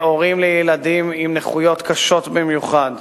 הורים לילדים עם נכויות קשות במיוחד,